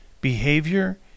behavior